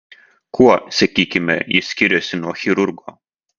kuo sakykime jis skiriasi nuo chirurgo